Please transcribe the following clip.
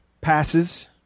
passes